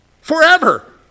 Forever